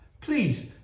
please